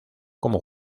como